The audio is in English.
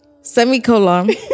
Semicolon